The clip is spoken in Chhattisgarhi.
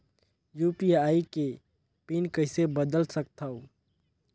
यू.पी.आई के पिन कइसे बदल सकथव?